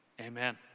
Amen